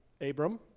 Abram